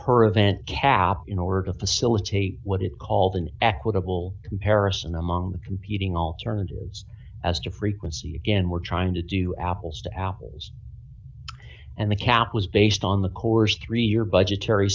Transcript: her event cap in order to facilitate what it called an equitable comparison among competing alternatives as to frequency again we're trying to do apples to apples and the cat was based on the coerced three year budgetary